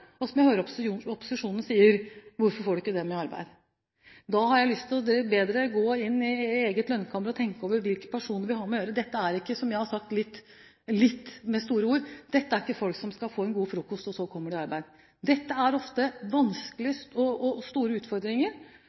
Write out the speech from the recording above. som ikke gjør det. Så hører jeg opposisjonen sier: Hvorfor får du ikke dem i arbeid? Da har jeg lyst til å be dere gå inn i eget lønnkammer og tenke over hvilke personer vi har med å gjøre. Dette er ikke – som jeg har sagt med litt store ord – folk som etter å ha fått en god frokost kommer seg i arbeid. De har ofte vanskelige og store utfordringer,